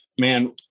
man